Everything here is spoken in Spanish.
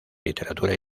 literatura